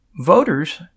voters